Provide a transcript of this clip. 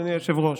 אדוני היושב-ראש,